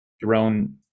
Jerome